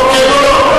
או כן או לא.